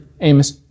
amos